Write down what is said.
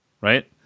right